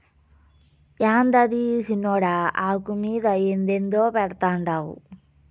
యాందది సిన్నోడా, ఆకు మీద అదేందో పెడ్తండావు